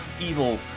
evil